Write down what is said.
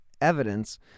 evidence